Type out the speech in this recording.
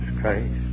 Christ